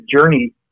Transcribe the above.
journey